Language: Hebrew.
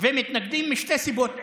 ומתנגדים משתי סיבות עיקריות: